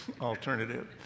alternative